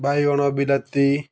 ବାଇଗଣ ବିଲାତି